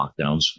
lockdowns